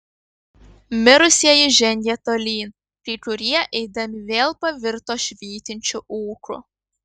mirusieji žengė tolyn kai kurie eidami vėl pavirto švytinčiu ūku